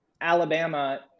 Alabama